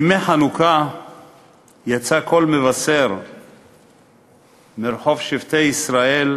בימי חנוכה יצא קול מבשר מרחוב שבטי-ישראל,